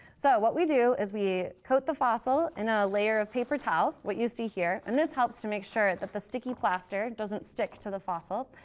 so what we do is we coat the fossil in a layer of paper towel, what you see here. and this helps to make sure that the sticky plaster doesn't stick to the fossil.